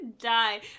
die